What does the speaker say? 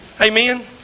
Amen